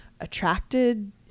attracted